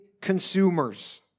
consumers